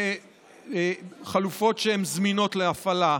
וחלופות שהן זמינות להפעלה.